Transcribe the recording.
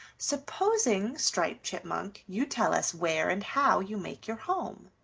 supposing, striped chipmunk, you tell us where and how you make your home.